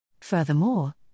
Furthermore